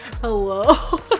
Hello